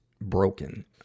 broken